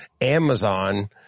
Amazon